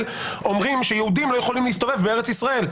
אומרים שיהודים לא יכולים להסתובב בארץ ישראל,